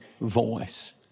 voice